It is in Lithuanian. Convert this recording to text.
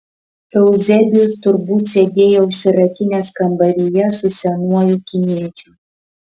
euzebijus turbūt sėdėjo užsirakinęs kambaryje su senuoju kiniečiu